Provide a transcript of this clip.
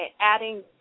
Adding